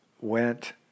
went